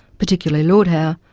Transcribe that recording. particularly lord howe,